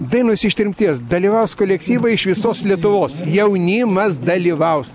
dainos iš tremties dalyvaus kolektyvai iš visos lietuvos jaunimas dalyvaus